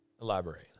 elaborate